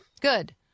Good